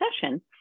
session